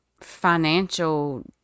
financial